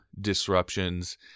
disruptions